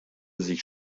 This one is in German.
sich